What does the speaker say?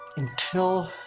until.